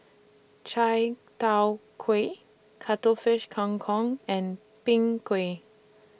Chai Tow Kuay Cuttlefish Kang Kong and Png Kueh